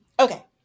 Okay